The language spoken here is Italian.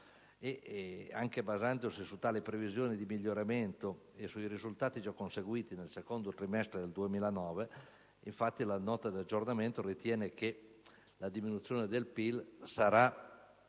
Anche basandosi su tale previsione di miglioramento e sui risultati già conseguiti nel secondo trimestre del 2009, la Nota di aggiornamento ritiene che la diminuzione del PIL sarà